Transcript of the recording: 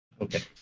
Okay